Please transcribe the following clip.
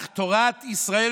אך תורת ישראל